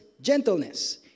gentleness